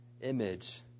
image